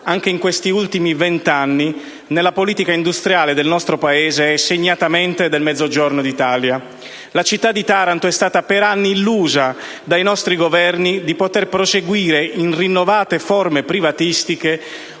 anche negli ultimi vent'anni, nella politica industriale del nostro Paese e, segnatamente, del Mezzogiorno d'Italia. La città di Taranto è stata per anni illusa dai nostri Governi di poter proseguire, in rinnovate forme privatistiche,